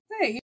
hey